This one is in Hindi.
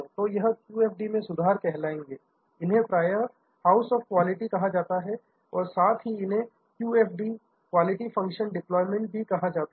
तो यह QFD मैं सुधार कहलाएंगे इन्हें प्रायः हाउस ऑफ क्वालिटी कहा जाता है साथ ही इन्हें क्यूएफडी क्वालिटी फंक्शन डेप्लॉयमेंट भी कहा जाता है